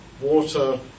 water